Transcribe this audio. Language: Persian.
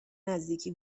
نزدیکی